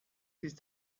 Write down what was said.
ist